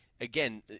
again